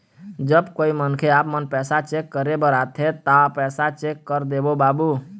जब कोई मनखे आपमन पैसा चेक करे बर आथे ता पैसा चेक कर देबो बाबू?